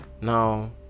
Now